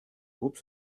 groupe